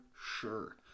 sure